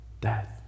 Death